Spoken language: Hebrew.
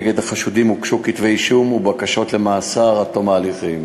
נגד החשודים הוגשו כתבי-אישום ובקשות למעצר עד תום ההליכים.